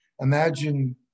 imagine